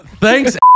thanks